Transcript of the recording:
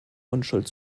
unschuld